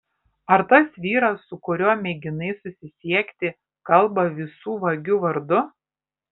ar tas vyras su kuriuo mėginai susisiekti kalba visų vagių vardu